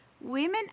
Women